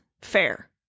fair